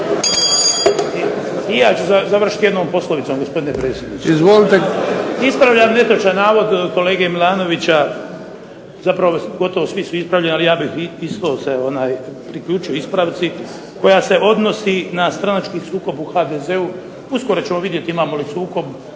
I ja ću završiti jednom poslovicom gospodine predsjedniče. Ispravljam netočan navod kolege Milanovića, zapravo gotovo svi su ispravljeni, ali ja bih isto se priključio ispravci koja se odnosi na stranački sukob u HDZ-u. Uskoro ćemo vidjeti imamo li sukob,